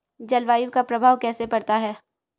जलवायु का प्रभाव कैसे पड़ता है?